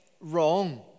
wrong